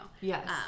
Yes